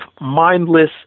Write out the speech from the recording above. mindless